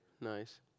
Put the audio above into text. nice